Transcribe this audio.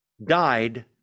died